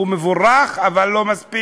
שהוא מבורך, אבל לא מספיק.